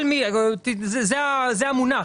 זה המונח,